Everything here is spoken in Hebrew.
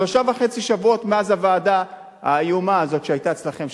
שלושה וחצי שבועות מאז הוועדה האיומה הזאת שהיתה אצלכם,